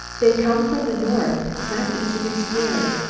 they come from the north not easily scared.